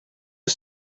que